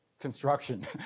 construction